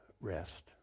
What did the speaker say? rest